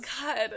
God